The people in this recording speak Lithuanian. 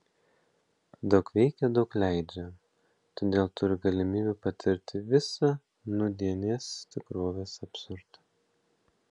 daug veikia daug leidžia todėl turi galimybių patirti visą nūdienės tikrovės absurdą